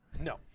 No